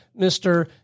Mr